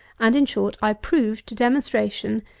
and, in short, i proved to demonstration,